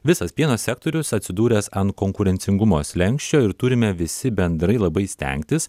visas pieno sektorius atsidūręs ant konkurencingumo slenksčio ir turime visi bendrai labai stengtis